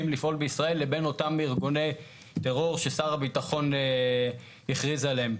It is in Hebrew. לפעול בישראל לבין אותם ארגוני טרור ששר הביטחון הכריז עליהם.